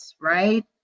right